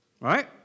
Right